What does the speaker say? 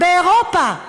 באירופה.